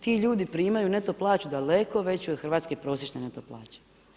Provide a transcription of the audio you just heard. Ti ljudi primaju neto plaću daleko veću od Hrvatske prosječne neto plaće.